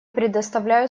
предоставляю